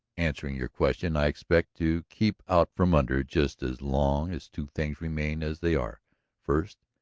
answering your question, i expect to keep out from under just as long as two things remain as they are first,